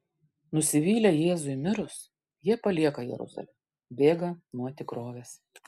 nusivylę jėzui mirus jie palieka jeruzalę bėga nuo tikrovės